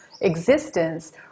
existence